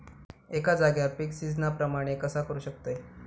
एका जाग्यार पीक सिजना प्रमाणे कसा करुक शकतय?